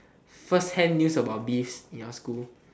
firsthand news about this in your school